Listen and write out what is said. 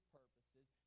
purposes